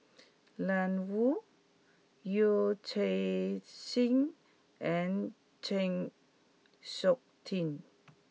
Ian Woo Yee Chia Hsing and Chng Seok Tin